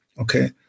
Okay